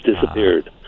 disappeared